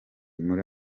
muri